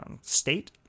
state